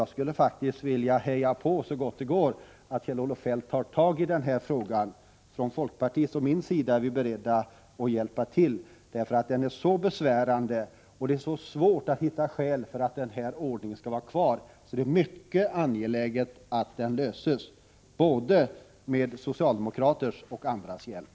Jag skulle faktiskt vilja heja på Kjell-Olof Feldt och be honom att så gott det går ta itu med denna fråga. Från min och folkpartiets sida är vi beredda att hjälpa till. Frågan är nämligen mycket besvärande, och det är svårt att hitta skäl för att denna ordning skall fortsätta att gälla. Det är mycket angeläget att frågan får en lösning — både med socialdemokraters och andras hjälp.